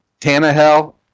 Tannehill